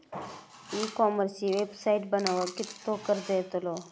E कॉमर्सची website बनवक किततो खर्च येतलो?